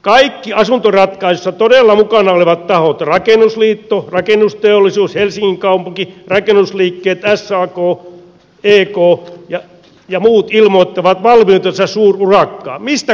kaikki asuntoratkaisussa todella mukana olevat tahot rakennusliitto rakennusteollisuus helsingin kaupunki rakennusliikkeet sak ek ja muut ilmoittavat valmiutensa suururakkaan